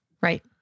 Right